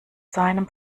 seinem